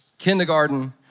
Kindergarten